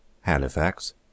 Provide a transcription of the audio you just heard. Halifax